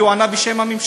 כי הוא ענה בשם הממשלה,